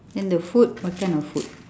then the food what kind of food